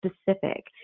specific